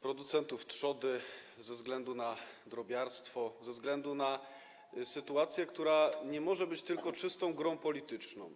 producentów trzody, ze względu na drobiarstwo, ze względu na sytuację, która nie może być tylko czystą grą polityczną.